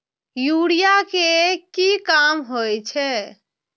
Urea के की काम होई छै?